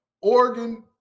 Oregon